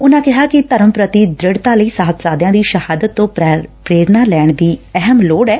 ਉਨੂਾਂ ਨੇ ਕਿਹਾ ਧਰਮ ਪੁਤੀ ਦ੍ਰਿਤਾ ਲਈ ਸਾਹਿਬਜ਼ਾਦਿਆਂ ਦੀ ਸ਼ਹਾਦਤ ਤੋਂ ਪੇਰਨਾ ਲੈਣ ਦੀ ਅਹਿਮ ਲੋਤ ਏ